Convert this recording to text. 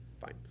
Fine